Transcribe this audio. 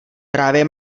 právě